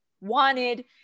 wanted